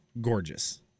gorgeous